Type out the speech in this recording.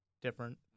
different